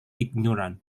ignorant